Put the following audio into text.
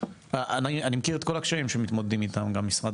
אני מכיר את כל הקשיים שמתמודדים איתם במשרד